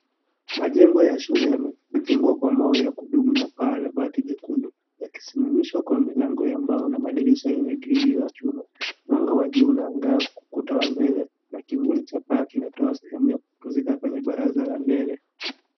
Majengo ya shule yamejengwa kwa mawe ya kudumu na paa la bati jekundu yakisimamishwa kwa milango ya mbao na madirisha yenye grili ya chuma mwanga wa juu unangaa ukuta wa mbele na kukundi cha paa kinatoa sehemu la kupumzika kwenye baraza la mbele.